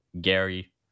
gary